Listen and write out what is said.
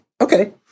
Okay